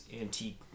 antique